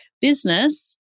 business